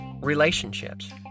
relationships